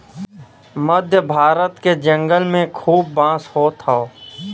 मध्य भारत के जंगल में खूब बांस होत हौ